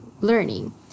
learning